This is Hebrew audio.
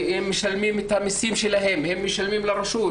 הם משלמים את המסים, הם משלמים לרשות.